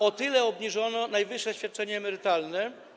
O tyle obniżono najwyższe świadczenie emerytalne.